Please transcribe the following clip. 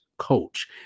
coach